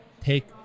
take